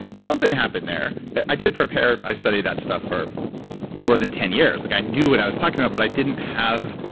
something happened there. i did prepare. i studied that stuff for more than ten years. like i knew what i was talking about, but i didn't have.